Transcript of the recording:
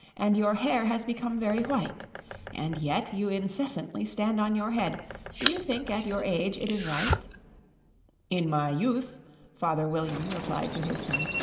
and your hair has become very white and yet you incessantly stand on your head do you think, at your age, it is right in my youth father william replied to his son,